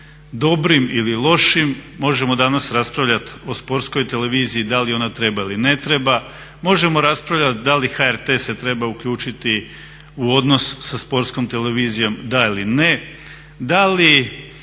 dobrim ili lošim, možemo danas raspravljat o Sportskoj televiziji, da li ona treba ili ne treba, možemo raspravljat da li HRT se treba uključiti u odnos sa sportskom televizijom da ili ne, da li